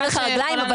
דרך הרגליים,